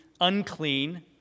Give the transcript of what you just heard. unclean